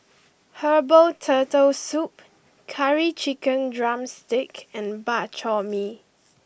Herbal Turtle Soup Curry Chicken Drumstick and Bak Chor Mee